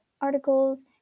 articles